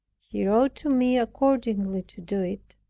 he wrote to me accordingly to do it.